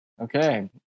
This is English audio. okay